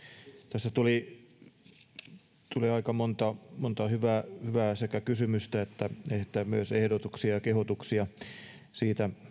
tässä tuli aika monta monta hyvää hyvää sekä kysymystä että myös ehdotusta ja kehotusta ja siitä